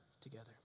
together